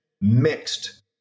mixed